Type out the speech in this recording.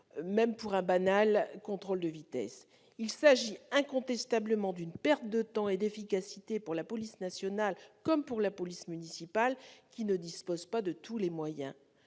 même pour un banal contrôle de vitesse. Il s'agit incontestablement d'une perte de temps et d'efficacité pour la police nationale, comme pour la police municipale, qui ne dispose pas de tous les moyens